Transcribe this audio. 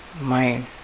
mind